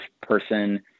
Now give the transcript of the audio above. person